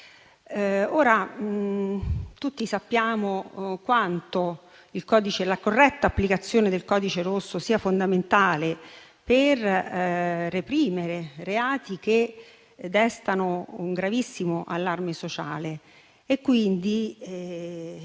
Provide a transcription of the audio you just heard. Ora, tutti sappiamo quanto la corretta applicazione del codice rosso sia fondamentale per reprimere reati che destano un gravissimo allarme sociale.